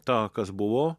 tą kas buvo